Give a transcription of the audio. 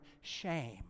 shame